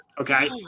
Okay